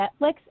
Netflix